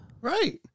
Right